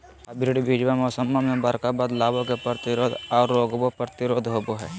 hybrid बीजावा मौसम्मा मे बडका बदलाबो के प्रतिरोधी आ रोगबो प्रतिरोधी होबो हई